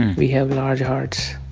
we have large hearts.